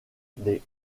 des